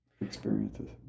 experiences